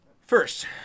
first